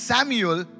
Samuel